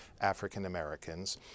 African-Americans